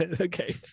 Okay